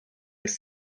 this